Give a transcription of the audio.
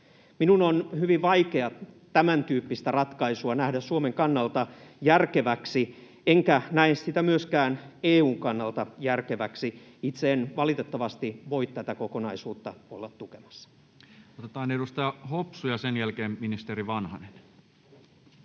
Minun on hyvin vaikea tämäntyyppistä ratkaisua nähdä Suomen kannalta järkeväksi, enkä näe sitä myöskään EU:n kannalta järkeväksi. Itse en valitettavasti voi tätä kokonaisuutta olla tukemassa. [Speech 159] Speaker: Toinen